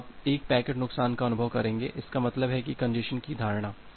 तो आप एक पैकेट नुकसान का अनुभव करेंगे इसका मतलब है कि कंजेस्शन की धारणा